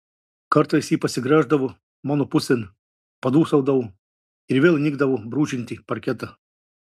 kartais ji pasigręždavo mano pusėn padūsaudavo ir vėl įnikdavo brūžinti parketą